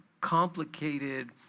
complicated